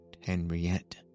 Henriette